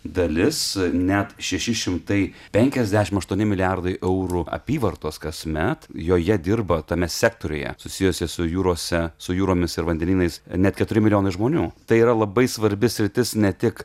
dalis net šeši šimtai penkiasdešimt aštuoni milijardai eurų apyvartos kasmet joje dirba tame sektoriuje susijusia su jūrose su jūromis ir vandenynais net keturi milijonai žmonių tai yra labai svarbi sritis ne tik